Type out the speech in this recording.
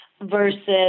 versus